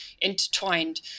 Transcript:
intertwined